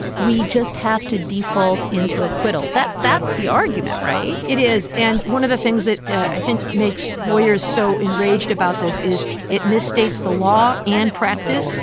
we just have to default. into acquittal. that that's the argument, right? it is. and one of the things that i think makes lawyers so enraged about this is it misstates the law and practice.